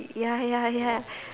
ya ya ya